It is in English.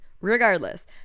Regardless